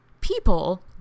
people